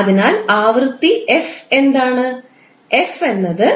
അതിനാൽ ആവൃത്തി f എന്താണ്f എന്നത്